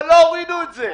אבל לא הורידו את זה.